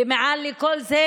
ומעל כל זה,